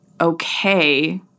okay